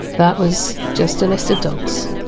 that was just a list of dogs.